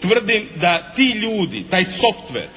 Tvrdim da ti ljudi, taj softver